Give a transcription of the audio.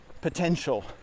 potential